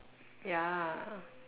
ya